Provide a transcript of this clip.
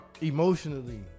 Emotionally